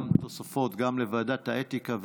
תוספות גם לוועדת האתיקה,